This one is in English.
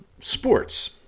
sports